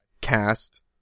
cast